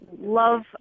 love